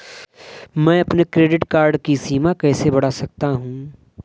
मैं अपने credit card की सीमा कैसे बढ़ा सकता हूँ?